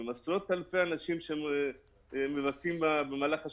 עם עשרות אלפי אנשים שמבקרים במהלך השבוע,